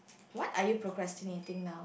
what are you procrastinating now